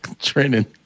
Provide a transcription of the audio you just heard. training